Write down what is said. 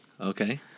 Okay